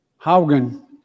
Haugen